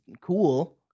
cool